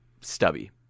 Stubby